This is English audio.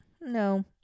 no